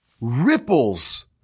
ripples